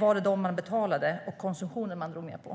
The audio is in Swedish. var det bolånen man betalade och konsumtionen man drog ned på.